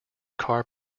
car